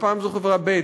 ופעם זאת חברה ב',